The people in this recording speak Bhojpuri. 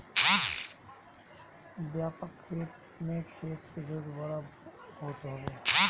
व्यापक खेती में खेत के जोत बड़ होत हवे